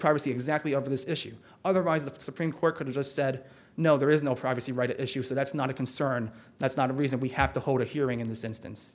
privacy exactly over this issue otherwise the supreme court could have said no there is no privacy right issue so that's not a concern that's not a reason we have to hold a hearing in this instance